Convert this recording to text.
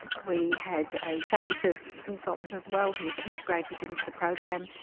we had a family services consultant as well who was integrated into the program.